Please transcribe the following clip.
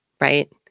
right